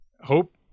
Hope